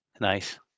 Nice